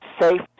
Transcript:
safe